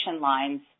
lines